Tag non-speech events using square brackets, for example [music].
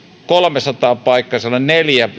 kolmesataa paikkaisessa salissa neljä [unintelligible]